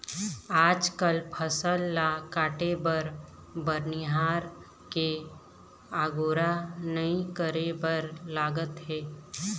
आजकाल फसल ल काटे बर बनिहार के अगोरा नइ करे बर लागत हे